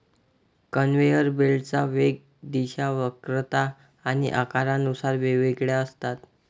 conveyor बेल्टच्या वेग, दिशा, वक्रता आणि आकारानुसार वेगवेगळ्या असतात